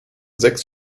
sechs